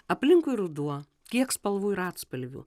aplinkui ruduo kiek spalvų ir atspalvių